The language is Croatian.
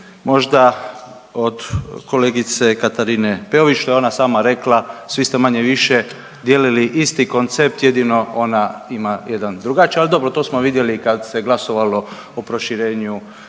možda od kolegice Katarine Peović što je ona sama rekla, svi ste manje-više dijelili isti koncept jedino ona ima jedan drugačiji. Ali dobro to smo vidjeli kad se glasovalo o proširenju